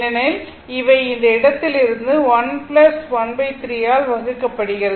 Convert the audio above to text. ஏனெனில் இவை இந்த இடத்திலிருந்து 1 13 ஆல் வகுக்கப்படுகிறது